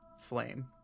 flame